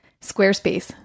Squarespace